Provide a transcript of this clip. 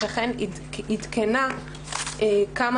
שאכן עדכנה כמה